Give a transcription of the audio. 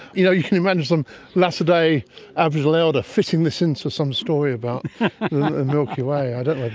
you know you can imagine some latter day aboriginal elder fitting this into some story about the milky way. i don't like